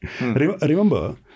Remember